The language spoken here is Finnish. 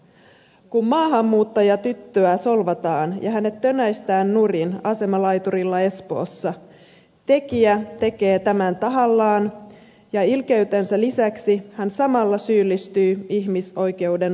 kun maahanmuuttajatyttöä solvataan ja hänet tönäistään nurin asemalaiturilla espoossa tekijä tekee tämän tahallaan ja ilkeytensä lisäksi hän samalla syyllistyy ihmisoikeuden loukkaukseen